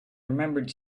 remembered